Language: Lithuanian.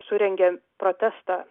surengė protestą